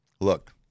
look